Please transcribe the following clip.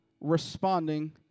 responding